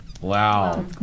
Wow